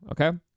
Okay